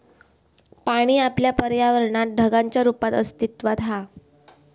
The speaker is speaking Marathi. पाणी आपल्या पर्यावरणात ढगांच्या रुपात अस्तित्त्वात हा